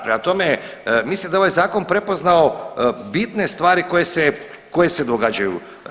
Prema tome, mislim da je ovaj zakon prepoznao bitne stvari koje se događaju.